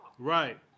Right